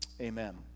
Amen